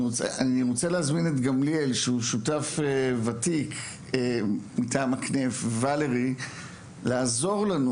אני רוצה להזמין את גמליאל שהוא שותף ותיק לעזור לנו.